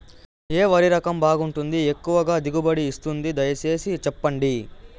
ఏ వరి రకం బాగుంటుంది, ఎక్కువగా దిగుబడి ఇస్తుంది దయసేసి చెప్పండి?